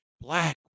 black